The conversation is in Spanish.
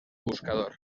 buscador